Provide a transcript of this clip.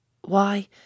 Why